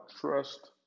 trust